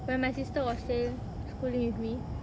when my sister was say squealing with me